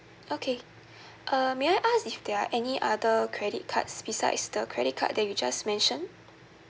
okay err may I ask if there are any other credit cards besides the credit card that you just mentioned